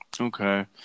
Okay